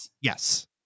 Yes